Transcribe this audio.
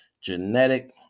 genetic